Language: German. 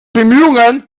bemühungen